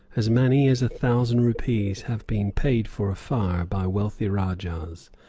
as many as a thousand rupees have been paid for a fire by wealthy rajahs.